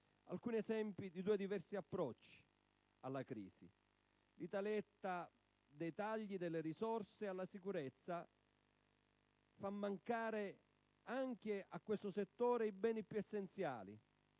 alcuni esempi di due diversi approcci alla crisi. L'Italietta dei tagli delle risorse alla sicurezza fa mancare anche a questo settore i beni più essenziali,